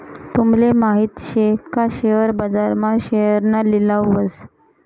तूमले माहित शे का शेअर बाजार मा शेअरना लिलाव व्हस